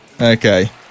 Okay